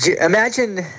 imagine